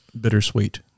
bittersweet